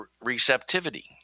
receptivity